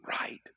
right